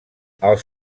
els